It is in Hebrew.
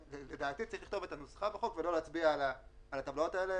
לדעתי צריך לכתוב את הנוסחה בחוק ולא להצביע על הטבלאות האלה,